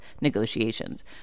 negotiations